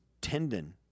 tendon